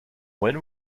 when